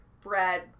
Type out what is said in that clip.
bread